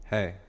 Hey